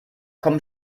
komm